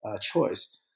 choice